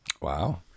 Wow